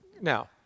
Now